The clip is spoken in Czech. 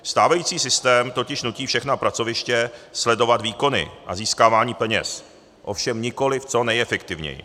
Stávající systém totiž nutí všechna pracoviště sledovat výkony a získávání peněz, ovšem nikoliv co nejefektivněji.